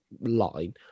line